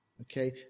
Okay